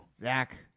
Zach